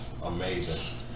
amazing